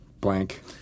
Blank